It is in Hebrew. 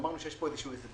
ואמרו שיש פה הסבר.